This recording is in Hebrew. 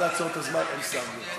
נא לעצור את הזמן, אין שר.